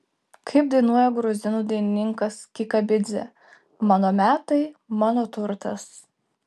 kaip dainuoja gruzinų dainininkas kikabidzė mano metai mano turtas